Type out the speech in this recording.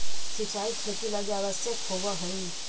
सिंचाई खेती लगी आवश्यक होवऽ हइ